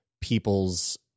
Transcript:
people's